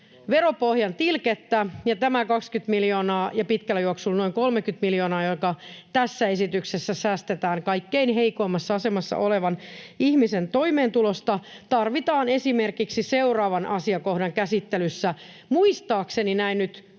veropohjan tilkettä, ja tämä 20 miljoonaa ja pitkällä juoksulla noin 30 miljoonaa, joka tässä esityksessä säästetään kaikkein heikoimmassa asemassa olevan ihmisen toimeentulosta, tarvitaan esimerkiksi seuraavan asiakohdan käsittelyssä. Muistaakseni nyt, kun en